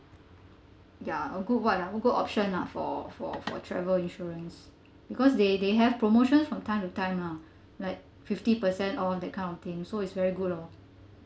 ya a good what ah good option lah for for for travel insurance because they they have promotions from time to time lah like fifty percent or that kind of thing so is very good lor